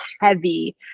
heavy